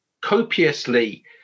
copiously